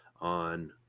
on